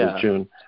June